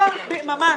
ממש.